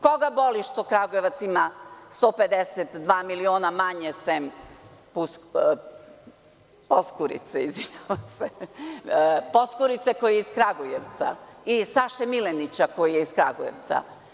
Koga boli što Kragujevac ima 152 miliona manje, sem Poskurice koji je iz Kragujevca i Saše Milenića koji je iz Kragujevca?